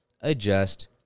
adjust